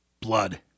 Blood